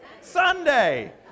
Sunday